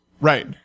right